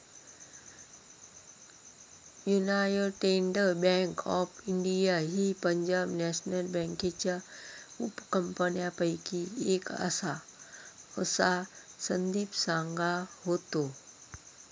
United bank of India ही Punjab national बँकेच्या उपकंपन्यांपैकी एक आसा, असा संदीप सांगा होतो